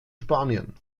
spanien